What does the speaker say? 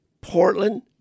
Portland